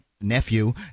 nephew